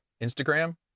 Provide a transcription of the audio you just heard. Instagram